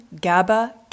GABA